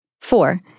Four